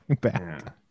back